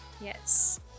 yes